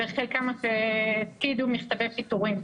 וחלקם אף הפקידו מכתבי פיטורים.